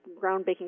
groundbreaking